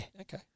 okay